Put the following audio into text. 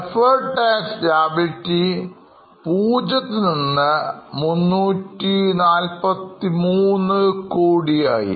Deferred tax liability പൂജ്യത്തിൽ നിന്ന്343 crore യായി